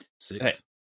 Six